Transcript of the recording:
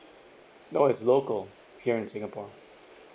no it's local here in singapore